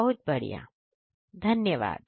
बहुत बढ़िया धन्यवाद